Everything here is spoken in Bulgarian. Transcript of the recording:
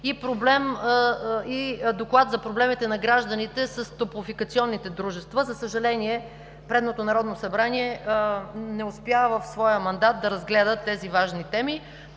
и Доклад за проблемите на гражданите с топлофикационните дружества. За съжаление, предното Народно събрание не успя в своя мандат да разгледа тези важни теми.